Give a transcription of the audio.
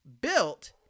built